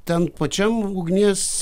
ten pačiam ugnies